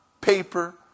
paper